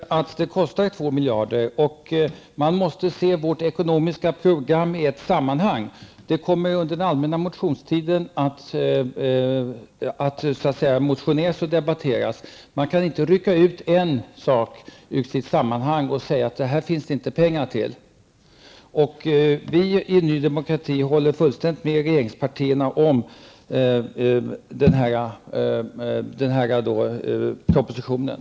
Herr talman! Jag anser inte att kostnaden blir 2 miljarder. Vidare vill jag säga att vårt ekonomiska program måste ses i ett sammanhang. Under den allmänna motionstiden kommer det att både motioneras och debatteras. Men jag upprepar att det inte går att rycka ut en sak från sitt sammanhang och att säga att det inte finns pengar. Vi i Ny Demokrati håller helt och hållet med regeringspartierna vad gäller propositionen.